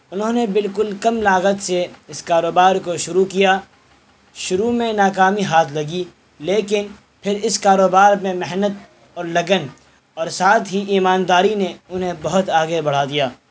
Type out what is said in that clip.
انہوں نے بالکل کم لاگت سے اس کاروبار کو شروع کیا شروع میں ناکامی ہاتھ لگی لیکن پھر اس کاروبار میں محنت اور لگن اور ساتھ ہی ایمانداری نے انہیں بہت آگے بڑھا دیا